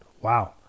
wow